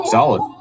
Solid